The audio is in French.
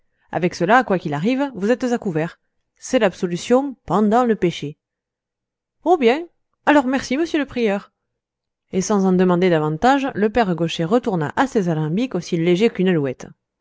avec cela quoi qu'il arrive vous êtes à couvert c'est l'absolution pendant le pêché oh bien alors merci monsieur le prieur et sans en demander davantage le père gaucher retourna à ses alambics aussi léger qu'une alouette